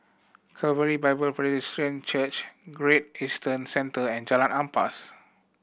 Calvary Bible Presbyterian Church Great Eastern Centre and Jalan Ampas